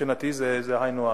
מבחינתי זה היינו הך.